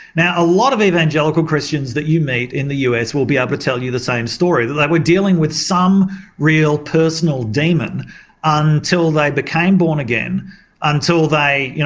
now, a lot of evangelical christians that you meet in the us will be able to tell you the same story, that they were dealing with some real personal demon until they became born-again, until they, you